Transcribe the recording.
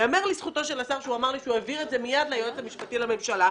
ייאמר לזכותו של השר שהוא העביר את זה מייד ליועץ המשפטי לממשלה.